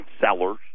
sellers